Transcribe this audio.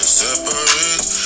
separate